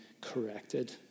corrected